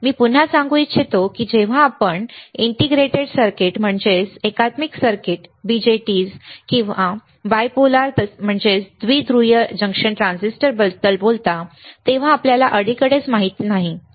मी पुन्हा सांगू इच्छितो की जेव्हा आपण एकात्मिक सर्किट BJTs किंवा बायपोलार द्विध्रुवीय जंक्शन ट्रान्झिस्टर बद्दल बोलता तेव्हा आपल्याला अलीकडेच माहित नाही